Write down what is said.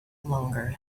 longer